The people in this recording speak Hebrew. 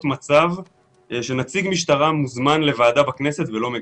מצב שנציג משטרה מוזמן לוועדה בכנסת ולא מגיע.